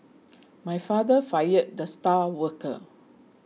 my father fired the star worker